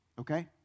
okay